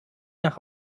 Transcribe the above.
nach